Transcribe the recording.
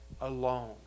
alone